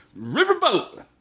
Riverboat